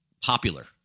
popular